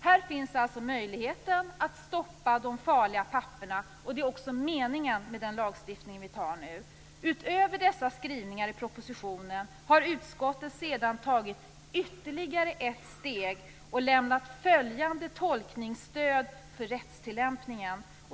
Här finns alltså möjligheten att stoppa de farliga papporna, och det är också meningen med den lagstiftning vi nu antar. Utöver dessa skrivningar i propositionen har utskottet tagit ytterligare ett steg och lämnat följande tolkningsstöd för rättstillämpningen.